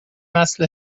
نسل